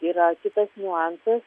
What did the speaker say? yra kitas niuansas